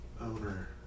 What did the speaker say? owner